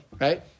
Right